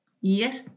Yes